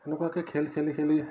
তেনেকুৱাকৈ খেল খেলি খেলি